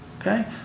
okay